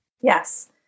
Yes